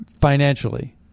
financially